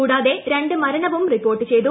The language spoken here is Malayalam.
കൂടാതെ രണ്ടു മരണവും റിപ്പോർട്ട് ചെയ്തു